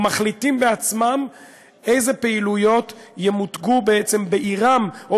ומחליטים בעצמם אילו פעילויות ימותגו בעירם או